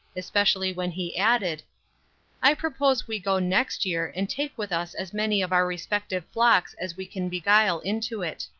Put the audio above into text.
especially when he added i propose we go next year, and take with us as many of our respective flocks as we can beguile into it.